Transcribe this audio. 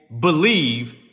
believe